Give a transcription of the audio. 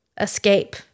escape